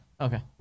okay